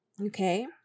okay